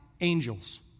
angels